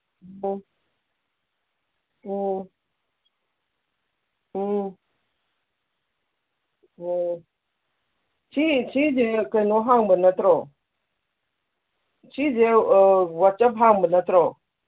ꯎꯝ ꯎꯝ ꯎꯝ ꯎꯝ ꯁꯤ ꯁꯤꯁꯦ ꯀꯩꯅꯣ ꯍꯥꯡꯕ ꯅꯠꯇ꯭ꯔꯣ ꯁꯤꯁꯦ ꯋꯥꯆꯦꯞ ꯍꯥꯡꯕ ꯅꯠꯇ꯭ꯔꯣ